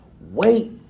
wait